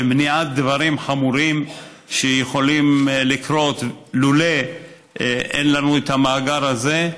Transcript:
ומניעת דברים חמורים שיכולים לקרות לולא היה לנו המאגר הזה.